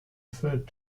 referred